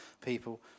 people